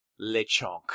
Lechonk